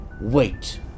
wait